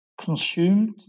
consumed